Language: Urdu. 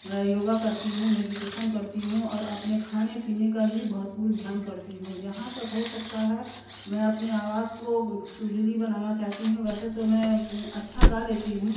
یوگا کرتی ہوں میڈیٹیشن کرتی ہوں اور اپنے کھانے پینے کا بھی بھرپور دھیان کرتی ہوں جہاں تک ہو سکتا ہے میں اپنی آواز کو سڈلی بنانا چاہتی ہوں ویسے تو میں اچھا گا لیتی ہوں